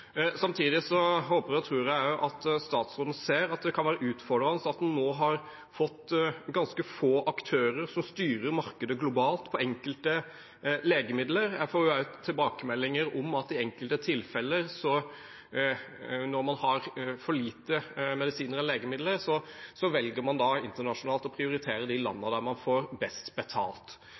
og tror jeg at statsråden ser at det kan være utfordrende at en nå har fått ganske få aktører som styrer markedet globalt på enkelte legemidler. Jeg får også tilbakemeldinger om at man i enkelte tilfeller når man har for lite legemidler, internasjonalt velger å prioritere de landene der man får best betalt.